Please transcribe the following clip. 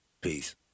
Peace